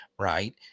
right